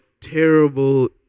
terrible